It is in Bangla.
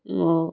এবং